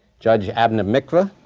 judge abner mikva,